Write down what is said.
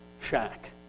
shack